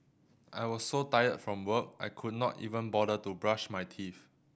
I was so tired from work I could not even bother to brush my teeth